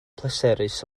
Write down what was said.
pleserus